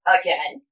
again